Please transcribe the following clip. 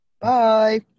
Bye